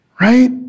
right